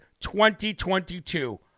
2022